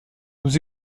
nous